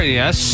yes